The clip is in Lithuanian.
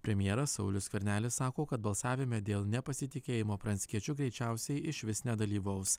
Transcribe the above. premjeras saulius skvernelis sako kad balsavime dėl nepasitikėjimo pranckiečiu greičiausiai išvis nedalyvaus